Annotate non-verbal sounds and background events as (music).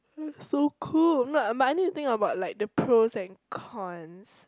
(noise) so cold (noise) but I need to think about the pros and cons